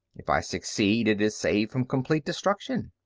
if i succeed it is saved from complete destruction.